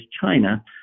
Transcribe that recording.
China